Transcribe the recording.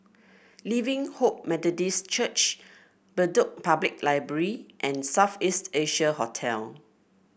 Living Hope Methodist Church Bedok Public Library and South East Asia Hotel